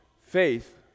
faith